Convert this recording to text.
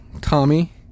Tommy